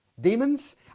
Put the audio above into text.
demons